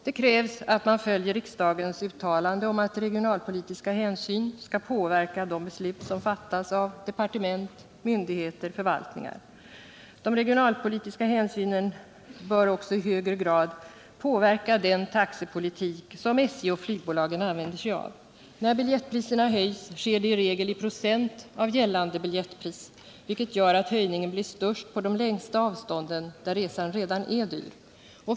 Det krävs att man följer riksdagens uttalande om att regionalpolitiska hänsyn skall påverka de beslut som fattas av departementet, myndigheter och förvaltningar. De regionalpolitiska hänsynen bör också i högre grad påverka den taxepolitik som SJ och flygbolagen använder sig av. När biljettpriserna höjs, sker det i regel i procent av gällande biljettpris, vilket gör att höjningen blir störst på de längsta avstånden, där resan redan är dyr.